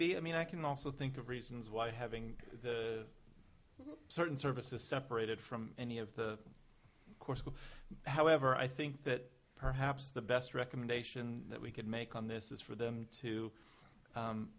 be i mean i can also think of reasons why having certain services separated from any of the course however i think that perhaps the best recommendation that we could make on this is for them to